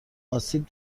آسیب